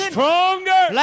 Stronger